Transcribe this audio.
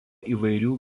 įvairių